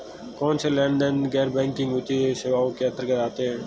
कौनसे लेनदेन गैर बैंकिंग वित्तीय सेवाओं के अंतर्गत आते हैं?